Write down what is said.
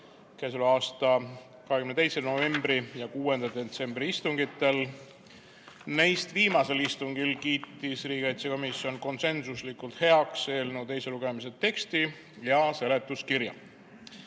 k.a 22. novembri ja 6. detsembri istungil. Neist viimasel istungil kiitis riigikaitsekomisjon konsensuslikult heaks eelnõu teise lugemise teksti ja seletuskirja.